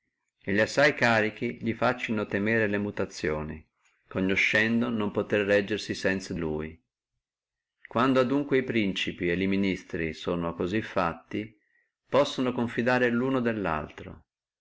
ricchezze li assai carichi li faccino temere le mutazioni quando dunque e ministri e li principi circa ministri sono cosí fatti possono confidare luno dellaltro